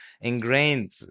ingrained